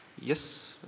Yes